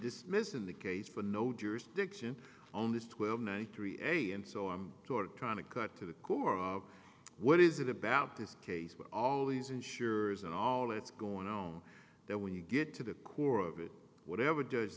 dismiss in the case for no jurisdiction only twelve ninety three and so i'm sort of trying to cut to the core of what is it about this case with all these insurers and all it's going on that when you get to the core of it whatever